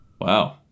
wow